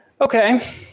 Okay